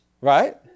Right